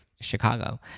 Chicago